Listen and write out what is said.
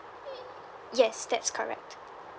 yes that's correct